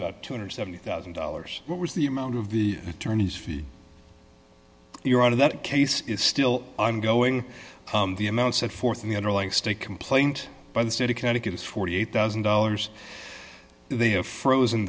about two hundred and seventy thousand dollars what was the amount of the attorney's fee you're on in that case is still ongoing the amount set forth in the underlying state complaint by the state of connecticut is forty eight thousand dollars they have frozen